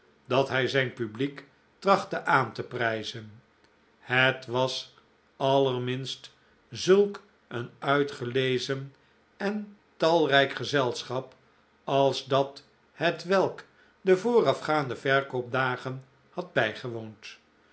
dat hij zijn publiek trachtte aan te prijzen het was allerminst zulk een uitgelezen en talrijk gezelschap als dat hetwelk de voorafgaande verkoopdagen had bijgewoond